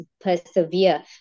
persevere